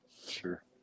Sure